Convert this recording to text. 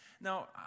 Now